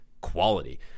quality